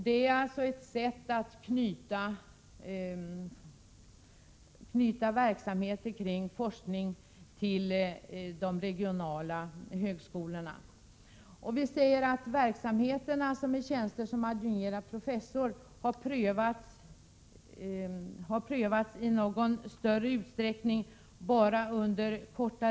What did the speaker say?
Detta är alltså ett sätt att knyta forskningsverksamhet till de regionala högskolorna. Tjänsterna som adjungerad professor har bara under en kortare tid prövats i en större utsträckning.